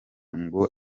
ngo